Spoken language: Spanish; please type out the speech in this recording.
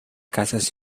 casas